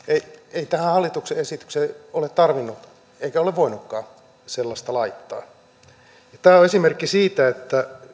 ei tähän hallituksen esitykseen ole tarvinnut eikä ole voinutkaan sellaista laittaa ja tämä on esimerkki siitä